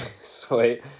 Sweet